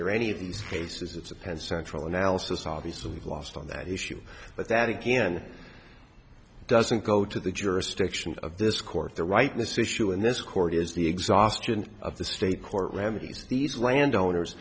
under any of these cases it's a pen central analysis obviously we've lost on that issue but that again doesn't go to the jurisdiction of this court the rightness issue in this court is the exhaustion of the state court remedies these random winners